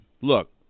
Look